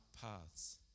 paths